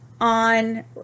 on